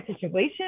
situation